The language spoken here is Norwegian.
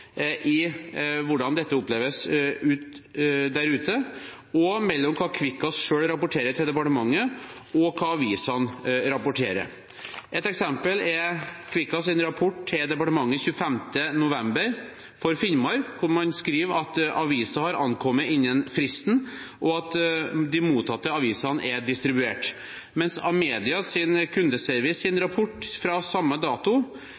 hvordan dette oppleves der ute, hva Kvikkas selv rapporterer til departementet, og hva avisene rapporterer. Et eksempel er Kvikkas’ rapport for Finnmark til departementet den 25. november, hvor man skriver at avisene har ankommet innen fristen, og at de mottatte avisene er distribuert.